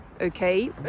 okay